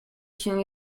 się